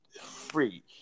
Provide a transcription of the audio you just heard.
free